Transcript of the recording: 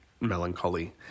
melancholy